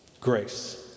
Grace